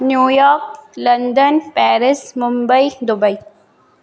new York London Paris Mumbai Dubai